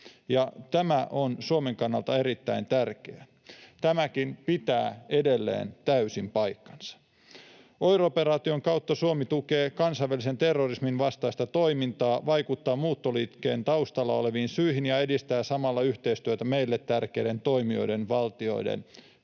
tämä on Suomen kannalta erittäin tärkeää. Tämäkin pitää edelleen täysin paikkansa. OIR-operaation kautta Suomi tukee kansainvälisen terrorismin vastaista toimintaa, vaikuttaa muuttoliikkeen taustalla oleviin syihin ja edistää samalla yhteistyötä meille tärkeiden toimijoiden ja valtioiden,